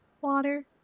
Water